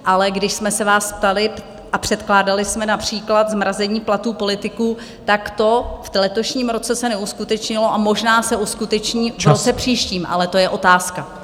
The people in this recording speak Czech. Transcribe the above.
Ale když jsme se vás ptali a předkládali jsme například zmrazení platů politiků, to v letošním roce se neuskutečnilo a možná se uskuteční v roce příštím, ale to je otázka.